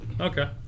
Okay